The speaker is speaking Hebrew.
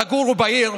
תגורו בעיר,